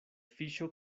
fiŝo